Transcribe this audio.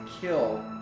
kill